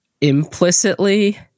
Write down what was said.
implicitly